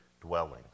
dwellings